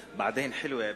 בעדין, חילווה בעדין.